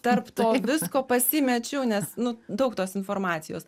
tarp to visko pasimečiau nes nu daug tos informacijos